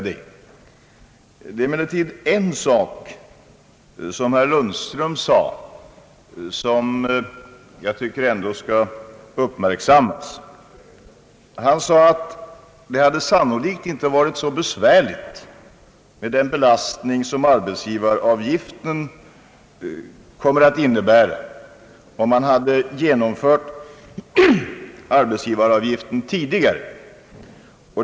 Det finns dock en sak som herr Lundström tog upp som jag tycker bör uppmärksammas. Han sade att det sannolikt inte hade varit så besvärligt med den belastning som arbetsgivaravgiften kommer att innebära om den hade genomförts tidigare.